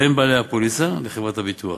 בין בעלי הפוליסה לחברת הביטוח,